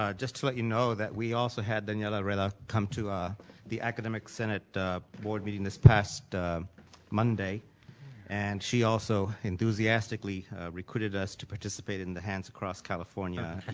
ah just to let you know that we also had daniela rueda come to ah the academic senate board meeting this past monday and she also enthusiastically recruited us to participate in the hands across california